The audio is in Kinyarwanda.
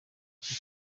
cya